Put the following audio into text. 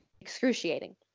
excruciating